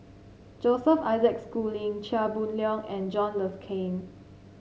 Joseph Isaac Schooling Chia Boon Leong and John Le Cain